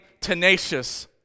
tenacious